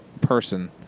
person